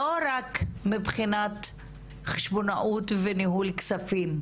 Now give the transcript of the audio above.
לא רק מבחינת חשבונאות וניהול כספים,